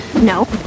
No